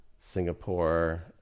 singapore